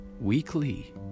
weekly